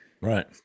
Right